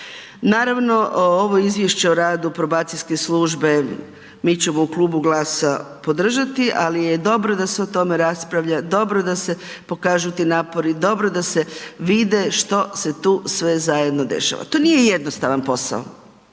Naravno ovo Izvješće o radu probacijske službe, mi ćemo u klubu GLAS-a podržati ali je dobro da se o tome raspravlja, dobro da se pokažu ti napori, dobro da se vide što se tu sve zajedno dešava. To nije jednostavan posao,